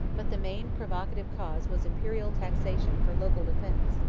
but the main provocative cause was imperial taxation for local defence.